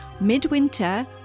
midwinter